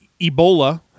Ebola